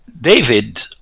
David